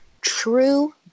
true